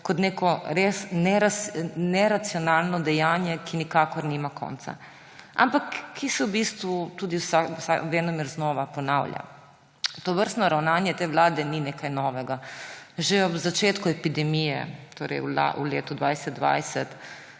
kot neko res neracionalno dejanje, ki nikakor nima konca, ki se v bistvu tudi venomer ponavlja. Tovrstno ravnanje te vlade ni nekaj novega. Že ob začetku epidemije, torej v letu 2020,